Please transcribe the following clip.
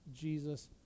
Jesus